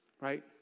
Right